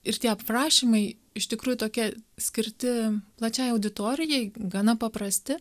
ir tie aprašymai iš tikrųjų tokie skirti plačiajai auditorijai gana paprasti